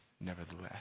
nevertheless